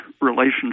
relationship